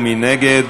ומי נגד?